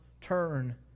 turn